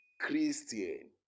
Christian